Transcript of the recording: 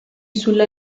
sulla